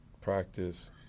practice